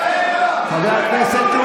בשם חברת הכנסת)